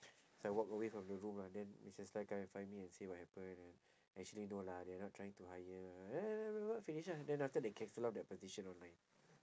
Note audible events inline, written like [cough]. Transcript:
so I walk away from the room ah then missus lai come and find me and say what happen actually no lah they're not trying to hire [noise] finish ah then after they cancel that position online